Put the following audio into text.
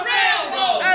Railroad